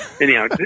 Anyhow